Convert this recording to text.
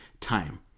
time